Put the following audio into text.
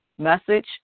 Message